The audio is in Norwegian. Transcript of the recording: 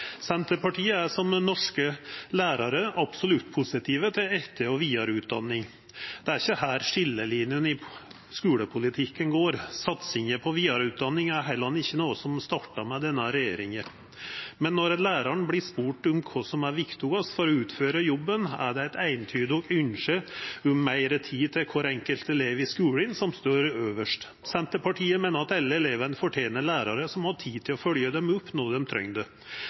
Senterpartiet er, som norske lærarar, absolutt positive til etter- og vidareutdanning, det er ikkje her skiljelinjene i skulepolitikken går. Satsinga på vidareutdanning er heller ikkje noko som starta med denne regjeringa. Men når læraren blir spurd om kva som er viktigast for å utføra jobben, er det eit eintydig ynske om meir tid til kvar enkelt elev i skulen som står øvst. Senterpartiet meiner at alle elevar fortener lærarar som har tid til å følgja dei opp når dei